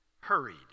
hurried